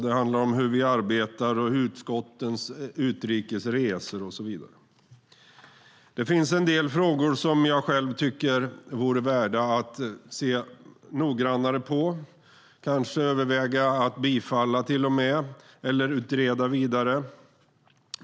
Det handlar om hur vi arbetar, utskottens utrikes resor och så vidare. Det finns en del frågor som jag själv tycker vore värda att se noggrannare på, kanske överväga att bifalla till och med eller utreda vidare.